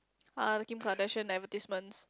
ah the Kim contraction advertisements